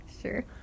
Sure